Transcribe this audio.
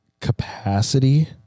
capacity